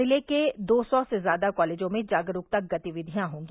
ज़िले के दो सौ से ज़्यादा कालेजों में जागरूकता गतिविधियां होंगी